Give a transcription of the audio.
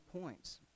points